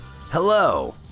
Hello